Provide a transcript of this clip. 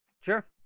sure